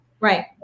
Right